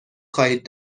خواهید